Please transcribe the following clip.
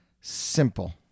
simple